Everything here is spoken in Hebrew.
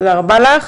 תודה רבה לך,